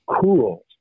cool